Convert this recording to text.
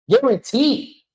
Guaranteed